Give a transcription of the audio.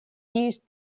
used